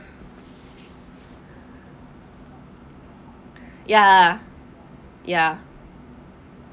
ya ya